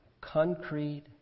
concrete